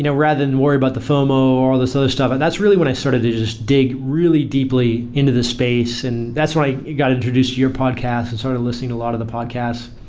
you know rather than worry about the fomo, or all this other stuff and that's really when i started to just dig really deeply into the space and that's why i got introduced to your podcast and started listening a lot of the podcasts.